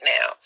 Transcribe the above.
now